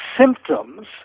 symptoms